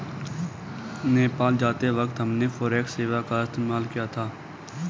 नेपाल जाते वक्त हमने फॉरेक्स सेवा का इस्तेमाल किया था